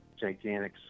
gigantic